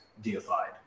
deified